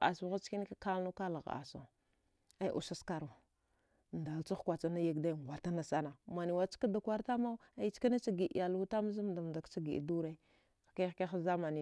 a sugha cena klana kla hdasa, ai ussa sakaruwa da he kha kwatsa yigdaya kwata na sani maniwe caka da kwara tama enekena ca gida iyalwa ce dwre